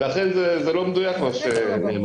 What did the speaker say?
ולכן זה לא מדויק מה שנאמר.